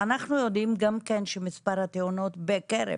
אנחנו יודעים גם כן שמספר התאונות בקרב